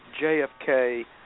JFK